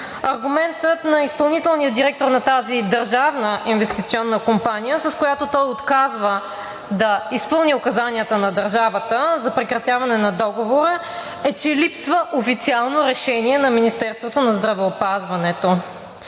Аргументът на изпълнителния директор на тази Държавна инвестиционна компания, с който той отказва да изпълни указанията на държавата за прекратяване на договора, е, че липсва официално решение на Министерството на здравеопазването.